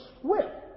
swift